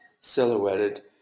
silhouetted